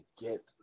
get